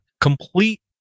complete